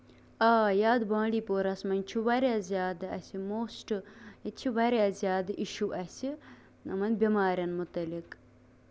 آ یَتھ بانٛڈی پوراہَس منٛز چھُ واریاہ زیادٕ اَسہِ موسٹہٕ ییٚتہِ چھِ واریاہ زیادٕ اِشوٗ اَسہِ یِمن بیٚماریَن مُتعلِق